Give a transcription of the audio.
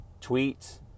tweets